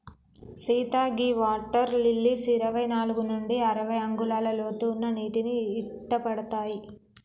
సీత గీ water lilies ఇరవై నాలుగు నుండి అరవై అంగుళాల లోతు ఉన్న నీటిని ఇట్టపడతాయి